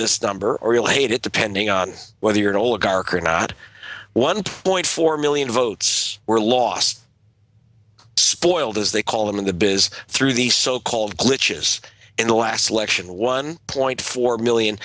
this number or you'll hate it depending on whether you're an oligarch or not one point four million votes were lost spoiled as they call them in the biz through these so called glitches in the last election one point four million